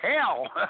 hell